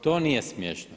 To nije smiješno.